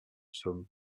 sommes